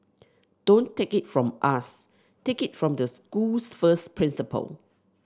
don't take it from us take it from the school's first principal